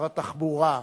שר התחבורה,